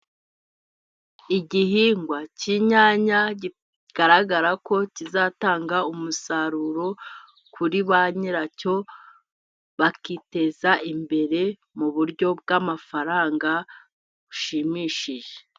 Igihingwa cy'inyanya kigaragara ko kizatanga umusaruro kuri ba nyiracyo, bakiteza imbere mu buryo bw'amafaranga bushimishije.